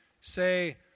say